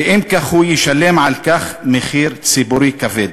ואם כן, הוא ישלם על כך מחיר ציבורי כבד".